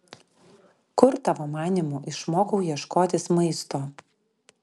kur tavo manymu išmokau ieškotis maisto